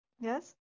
Yes